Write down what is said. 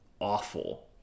awful